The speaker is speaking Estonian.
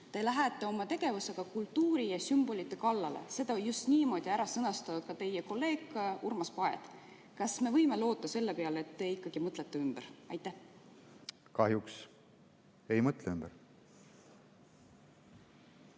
Te lähete oma tegevusega kultuuri ja sümbolite kallale, seda on just niimoodi sõnastanud ka teie kolleeg Urmas Paet. Kas me võime loota selle peale, et te ikkagi mõtlete ümber? Lugupeetud kaitseminister!